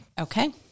Okay